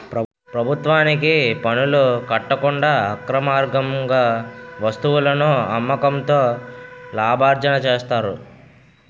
ప్రభుత్వానికి పనులు కట్టకుండా అక్రమార్గంగా వస్తువులను అమ్మకంతో లాభార్జన చేస్తారు